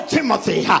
Timothy